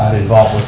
involved with